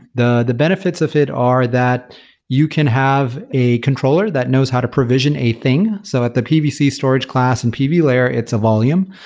the the benefits of it are that you can have a controller that knows how to provision a thing. so at the pvc storage class and pv layer, it's a volume.